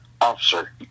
officer